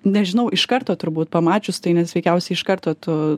nežinau iš karto turbūt pamačius tai nes veikiausiai iš karto tu